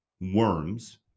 worms